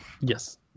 Yes